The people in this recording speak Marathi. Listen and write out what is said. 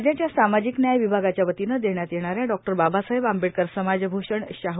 राज्याच्या सामाजिक न्याय विभागाच्या वतीने देण्यात येणाऱ्या डॉ बाबासाहेब आंबेडकर समाजभूषण शाह